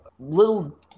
Little